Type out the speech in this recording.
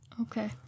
Okay